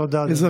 תודה, אדוני.